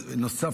בנוסף,